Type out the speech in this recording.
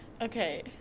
Okay